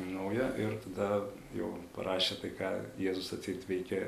naują ir tada jau parašė tai ką jėzus atseit veikė